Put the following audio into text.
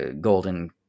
golden